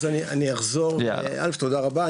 תודה רבה.